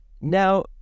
Now